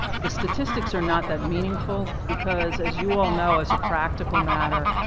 the statistics are not that meaningful, because as you all know, as a practical matter,